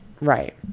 right